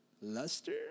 luster